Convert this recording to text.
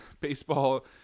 baseball